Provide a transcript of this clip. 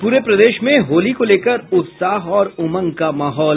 और पूरे प्रदेश में होली को लेकर उत्साह और उमंग का माहौल